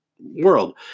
world